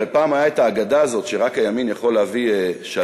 הרי פעם הייתה האגדה הזאת שרק הימין יכול להביא שלום,